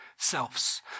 selves